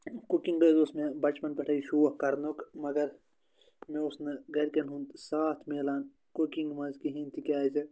cooking حظ اوس مےٚ بَچپَن پٮ۪ٹھٕے شوق کَرنُک مگر مےٚ اوس نہٕ گَرِکٮ۪ن ہُنٛد ساتھ ملان کُکِنٛگ منٛز کِہیٖنۍ تِکیازِ